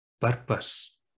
purpose